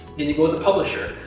and you go to publisher.